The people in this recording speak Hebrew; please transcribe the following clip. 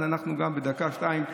בדקה-שתיים,